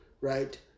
right